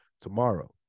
tomorrow